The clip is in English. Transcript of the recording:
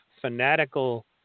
fanatical